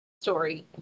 story